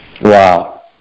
Wow